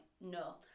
no